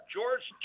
George